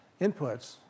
inputs